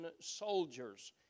soldiers